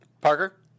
Parker